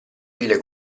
pile